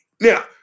Now